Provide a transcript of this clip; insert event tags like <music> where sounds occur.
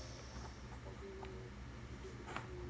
<breath>